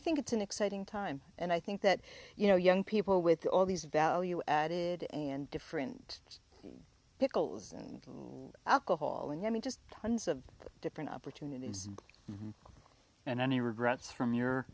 think it's an exciting time and i think that you know young people with all these value added and different pickles and alcohol and any just tons of different opportunities and any regrets from you